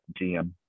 gm